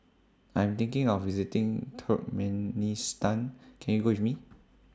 I'm thinking of visiting Turkmenistan Can YOU Go with Me